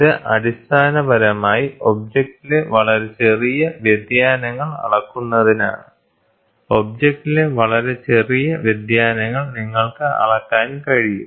ഇത് അടിസ്ഥാനപരമായി ഒബ്ജക്റ്റിലെ വളരെ ചെറിയ വ്യതിയാനങ്ങൾ അളക്കുന്നതിനാണ് ഒബ്ജക്റ്റിലെ വളരെ ചെറിയ വ്യതിയാനങ്ങൾ നിങ്ങൾക്ക് അളക്കാൻ കഴിയും